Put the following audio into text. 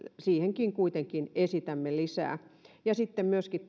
siihenkin kuitenkin esitämme lisää sitten myöskin